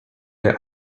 their